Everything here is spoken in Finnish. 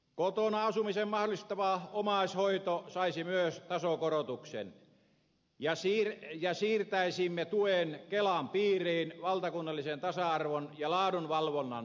kotona asumisen mahdollistava omaishoito saisi myös tasokorotuksen ja siirtäisimme tuen kelan piiriin valtakunnallisen tasa arvon ja laadunvalvonnan vuoksi